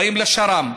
באים לשר"מ.